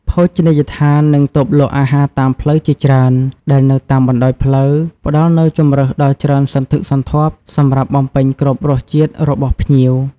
ភោជនីយដ្ឋាន និងតូបលក់អាហារតាមផ្លូវជាច្រើន ដែលនៅតាមបណ្ដោយផ្លូវ ផ្ដល់នូវជម្រើសដ៏ច្រើនសន្ធឹកសន្ធាប់សម្រាប់បំពេញគ្រប់រសជាតិរបស់ភ្ញៀវ។